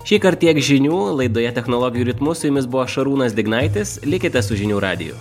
šįkart tiek žinių laidoje technologijų ritmu su jumis buvo šarūnas dignaitis likite su žinių radiju